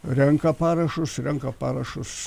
renka parašus renka parašus